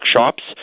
workshops